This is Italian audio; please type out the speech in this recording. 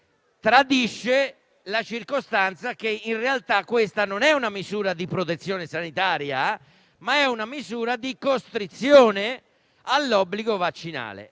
tradisce la circostanza che, in realtà, questa non è una misura di protezione sanitaria, ma è una misura di costrizione all'obbligo vaccinale.